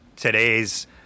today's